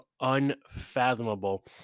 unfathomable